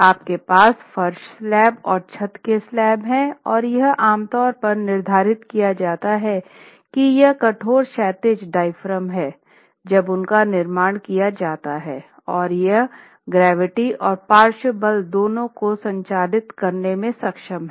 आपके पास फर्श स्लैब और छत के स्लैब हैं और यह आमतौर पर निर्धारित किया जाता है कि ये कठोर क्षैतिज डायाफ्राम हैं जब उनका निर्माण किया जाता है और यह गुरुत्वाकर्षण और पार्श्व बल दोनों को संचारित करने में सक्षम हैं